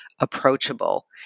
approachable